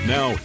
Now